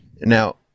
Now